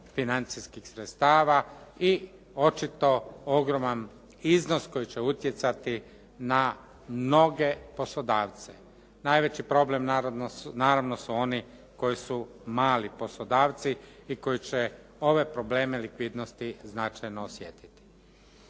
financijskih sredstava i očito ogroman iznos koji će utjecati na mnoge poslodavce. Najveći problem naravno su oni koji su mali poslodavci i koji će ove probleme likvidnosti značajno osjetiti.